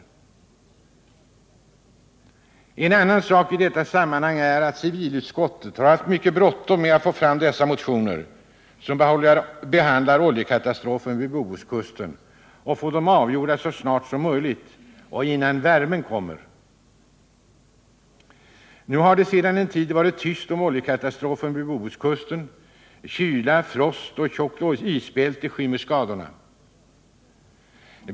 En annan sak i detta sammanhang är att civilutskottet har haft mycket bråttom med att få fram de motioner som behandlar oljekatastrofen vid Bohuskusten och att få dem avgjorda så snart som möjligt, innan värmen kommer. Nu har det sedan en tid varit tyst om oljekatastrofen vid Bohuskusten. Kyla, frost och ett tjockt isbälte skymmer skadorna.